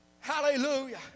Hallelujah